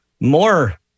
More